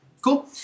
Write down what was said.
Cool